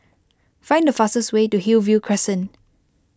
find the fastest way to Hillview Crescent